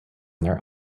their